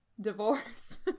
Divorce